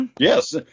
Yes